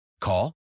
Call